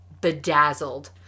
bedazzled